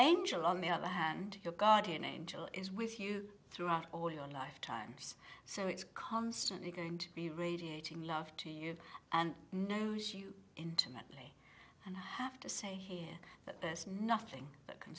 angel on the other hand your guardian angel is with you throughout all your life times so it's constantly going to be radiating love to you and knows you intimately and i have to say here that there's nothing that can